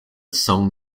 song